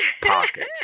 pockets